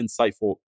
insightful